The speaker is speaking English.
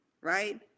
Right